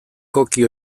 cookie